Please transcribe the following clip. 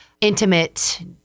intimate